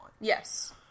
Yes